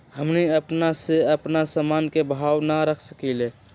हमनी अपना से अपना सामन के भाव न रख सकींले?